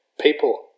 people